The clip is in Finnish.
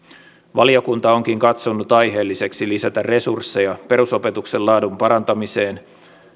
valiokunta onkin katsonut aiheelliseksi lisätä resursseja perusopetuksen laadun parantamiseen